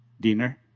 dinner